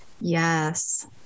Yes